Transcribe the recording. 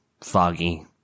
foggy